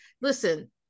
listen